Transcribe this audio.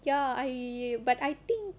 ya I but I think